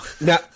Now